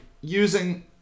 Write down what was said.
using